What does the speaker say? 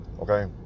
Okay